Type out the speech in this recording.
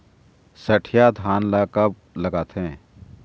सठिया धान ला कब लगाथें?